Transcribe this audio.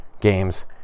games